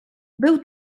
był